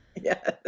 Yes